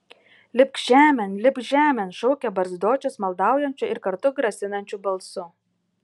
lipk žemėn lipk žemėn šaukė barzdočius maldaujančiu ir kartu grasinančiu balsu